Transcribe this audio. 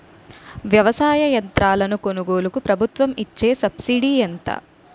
వ్యవసాయ యంత్రాలను కొనుగోలుకు ప్రభుత్వం ఇచ్చే సబ్సిడీ ఎంత?